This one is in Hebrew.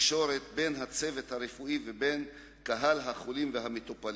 תקשורת בין הצוות הרפואי ובין קהל החולים והמטופלים.